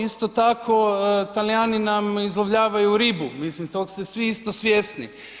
Isto tako Talijani nam izlovljavaju ribu, mislim tog ste svi isto svjesni.